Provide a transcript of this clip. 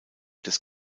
des